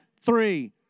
three